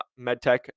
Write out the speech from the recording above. MedTech